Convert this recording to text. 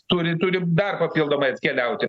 turi turi dar papildomai atkeliauti